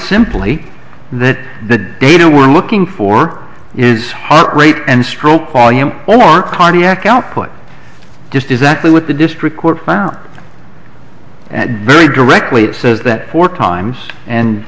simply that the data we're looking for is heart rate and stroke volume or cardiac output just exactly what the district court found and very directly it says that four times and